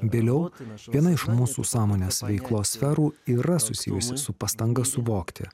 vėliau viena iš mūsų sąmonės veiklos sferų yra susijusi su pastanga suvokti